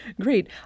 great